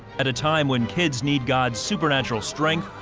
at a time when kids need god's supernatural strength,